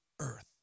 earth